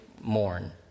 mourn